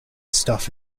stuff